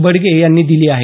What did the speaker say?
बडगे यांनी दिली आहे